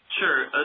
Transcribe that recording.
Sure